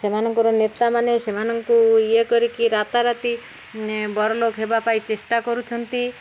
ସେମାନଙ୍କର ନେତାମାନେ ସେମାନଙ୍କୁ ଇଏ କରିକି ରାତାରାତି ବଡ଼ ଲୋକ ହେବା ପାଇଁ ଚେଷ୍ଟା କରୁଛନ୍ତି